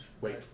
Wait